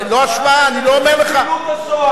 לא השוואה, אני לא אומר לך, זו זילות השואה.